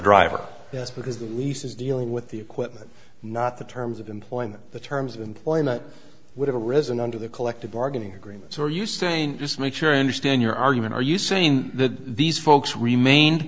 driver yes because the lease is dealing with the equipment not the terms of employment the terms of employment would have arisen under the collective bargaining agreements are you saying just make sure i understand your argument are you saying that these folks remain